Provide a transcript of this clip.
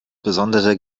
besonderer